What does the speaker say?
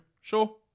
Sure